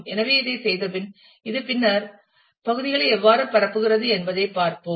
எனவே இதைச் செய்தபின் இது பின்னர் பகுதிகளை எவ்வாறு பரப்புகிறது என்பதைப் பார்ப்போம்